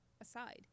aside